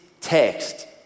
text